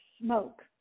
smoke